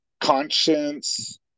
Conscience